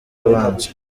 abanza